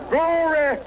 Glory